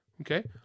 okay